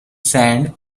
sand